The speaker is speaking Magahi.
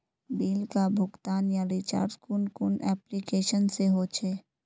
बिल का भुगतान या रिचार्ज कुन कुन एप्लिकेशन से होचे?